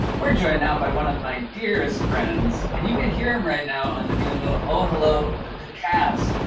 we're joined now by one of my dearest friends. and you can hear him right now on the new oh, hello the p'dcast.